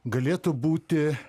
galėtų būti